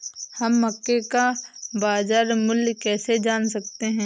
हम मक्के का बाजार मूल्य कैसे जान सकते हैं?